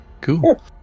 cool